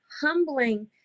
humbling